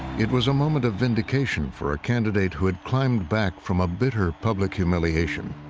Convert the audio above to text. it was a moment of vindication for a candidate who had climbed back from a bitter public humiliation.